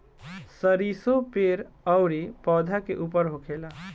सरीसो पेड़ अउरी पौधा के ऊपर होखेला